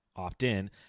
opt-in